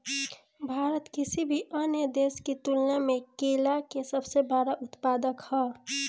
भारत किसी भी अन्य देश की तुलना में केला के सबसे बड़ा उत्पादक ह